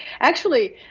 actually,